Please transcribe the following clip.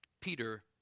Peter